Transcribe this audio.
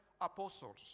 apostles